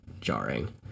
jarring